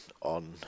on